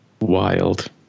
Wild